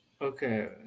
Okay